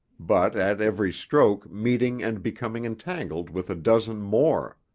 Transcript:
but at every stroke meeting and becoming entangled with a dozen more.